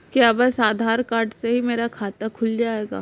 क्या बस आधार कार्ड से ही मेरा खाता खुल जाएगा?